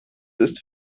ist